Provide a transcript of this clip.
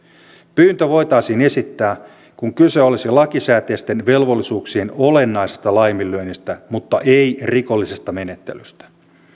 pyyntö voitaisiin esittää kun kyse olisi lakisääteisten velvollisuuksien olennaisesta laiminlyönnistä mutta ei rikollisesta menettelystä